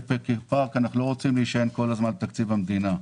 כפארק אנחנו לא רוצים להישען כל הזמן על תקציב המדינה.